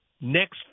Next